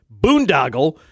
boondoggle